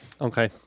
okay